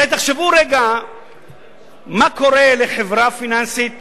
הרי תחשבו רגע מה קורה לחברה פיננסית